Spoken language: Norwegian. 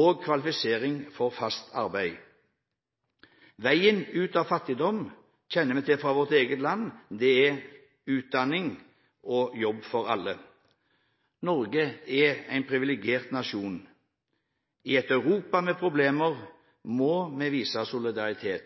og kvalifisering for fast arbeid. Veien ut av fattigdom kjenner vi til fra vårt eget land; det er utdanning og jobb til alle. Norge er en privilegert nasjon. Vi må vise solidaritet med et Europa med problemer.